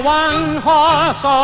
one-horse